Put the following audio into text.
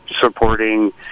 supporting